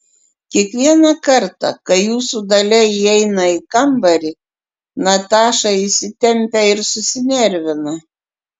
kiekvieną kartą kai jūsų dalia įeina į kambarį nataša įsitempia ir susinervina